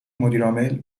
مدیرعامل